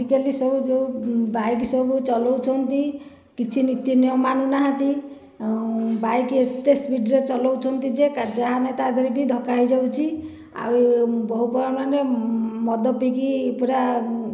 ଆଜିକାଲି ସବୁ ଯେଉଁ ବାଇକ ସବୁ ଚଳାଉଛନ୍ତି କିଛି ନୀତିନିୟମ ମାନୁନାହାନ୍ତି ବାଇକ ଏତେ ସ୍ପିଡ଼ ରେ ଚଳାଉଛନ୍ତି ଯେ ଯାହା ନାହିଁ ତା ଦେହରେ ବି ଧକ୍କା ହୋଇଯାଉଛି ଆଉ ବହୁ ପୁଅମାନେ ମଦ ପିଇକି ପୁରା